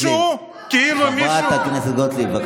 חברת הכנסת גוטליב.